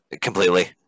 completely